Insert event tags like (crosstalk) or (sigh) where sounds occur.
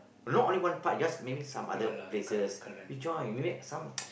not only one part you just maybe some other places we join maybe some (noise)